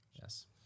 Yes